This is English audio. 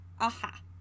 Aha